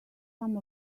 some